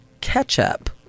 ketchup